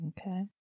Okay